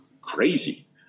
crazy